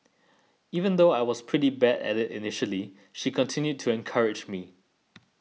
even though I was pretty bad at it initially she continued to encourage me